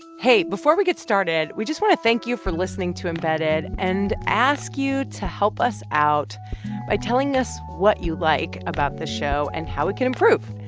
hey, before we get started, we just want to thank you for listening to embedded and ask you to help us out by telling us what you like about the show and how it can improve.